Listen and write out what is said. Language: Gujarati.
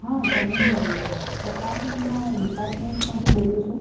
હા તમે ચકાસણીના ડિપાર્ટમેન્ટમાંથી બોલો છો